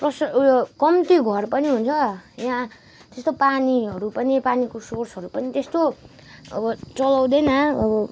पशु उयो कम्ती घर पनि हुन्छ यहाँ त्यस्तो पानीहरू पनि पानीको सोर्सहरू पनि त्यस्तो अब चलाउँदैन अब